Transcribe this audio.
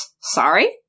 Sorry